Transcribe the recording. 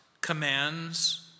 commands